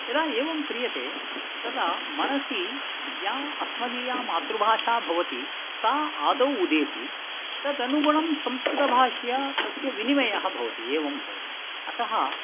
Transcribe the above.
यदा एवं क्रियते तदा मनसि या अस्मदीया मातृभाषा भवति सा आदौ उदेति तदनुगुणं संस्कृतभाषया तस्य विनिमयः भवति एवं भवति अतः